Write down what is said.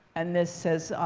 and this says,